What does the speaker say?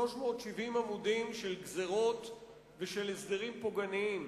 370 עמודים של גזירות ושל הסדרים פוגעניים.